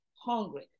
hungry